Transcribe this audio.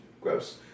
Gross